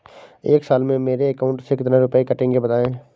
एक साल में मेरे अकाउंट से कितने रुपये कटेंगे बताएँ?